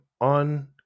on